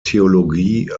theologie